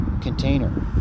container